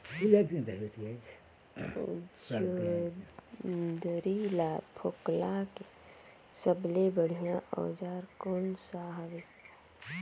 जोंदरी ला फोकला के सबले बढ़िया औजार कोन सा हवे?